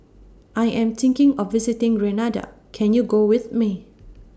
I Am thinking of visiting Grenada Can YOU Go with Me